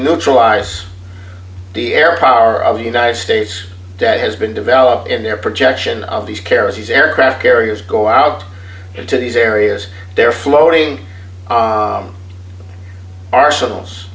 neutralize the air power of the united states has been developed in their projection of these carriers these aircraft carriers go out into these areas they're floating arsenals